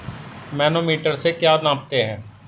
Manometer से क्या नापते हैं?